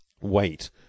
Wait